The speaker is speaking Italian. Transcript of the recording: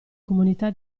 comunità